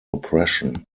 oppression